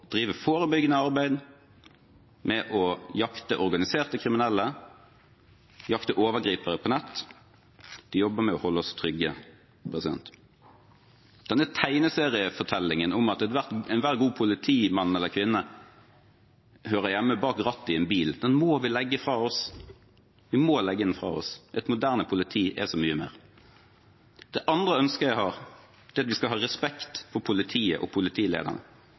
med å jakte overgripere på nett. De jobber med å holde oss trygge. Denne tegneseriefortellingen om at enhver god politimann eller -kvinne hører hjemme bak rattet i en bil, må vi legge fra oss. Et moderne politi er så mye mer. Det andre ønsket jeg har, er at vi skal ha respekt for politiet og politilederne.